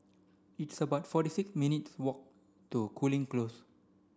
it's about forty six minutes' walk to Cooling Close